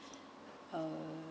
uh